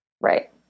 Right